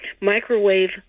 microwave